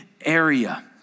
area